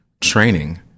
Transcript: training